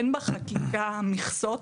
אין בחקיקה מכסות,